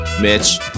Mitch